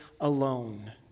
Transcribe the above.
alone